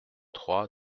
trois